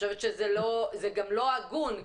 זה גם לא הגון,